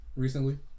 Recently